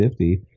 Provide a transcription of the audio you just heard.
50